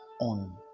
on